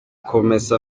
kumesa